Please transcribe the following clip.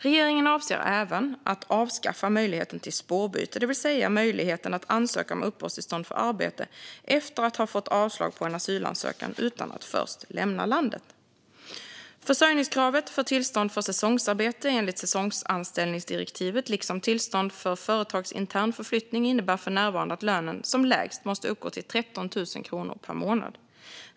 Regeringen avser även att avskaffa möjligheten till spårbyte, det vill säga möjligheten att ansöka om uppehållstillstånd för arbete efter att ha fått avslag på en asylansökan utan att först lämna landet. Försörjningskravet för tillstånd för säsongsarbete enligt säsongsanställningsdirektivet, liksom för tillstånd för företagsintern förflyttning, innebär för närvarande att lönen som lägst måste uppgå till 13 000 kronor per månad.